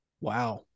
Wow